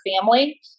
family